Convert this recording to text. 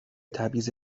تبعیض